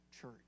church